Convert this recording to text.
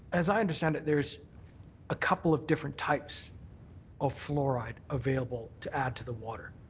as i understand it, there is a couple of different types of fluoride available to add to the water.